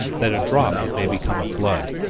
that a drop may become a flood,